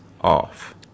off